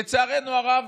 לצערנו הרב,